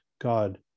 God